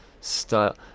style